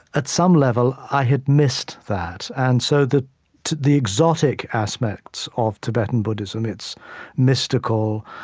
at some level, i had missed that. and so the the exotic aspects of tibetan buddhism its mystical,